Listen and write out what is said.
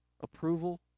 approval